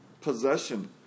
possession